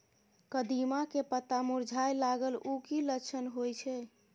कदिम्मा के पत्ता मुरझाय लागल उ कि लक्षण होय छै?